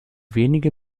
wenige